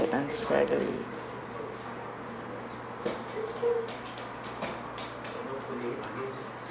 unfairly